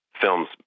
film's